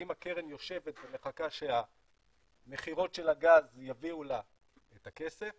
האם הקרן יושבת ומחכה שהמכירות של הגז יביאו לה את הכסף,